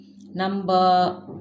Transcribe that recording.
number